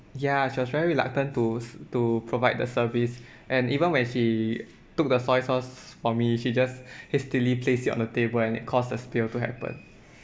ya she was very reluctant to to provide the service and even when she took the soy sauce for me she just hastily place it on the table and it caused a spill to happen